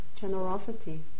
generosity